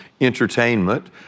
entertainment